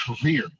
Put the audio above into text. career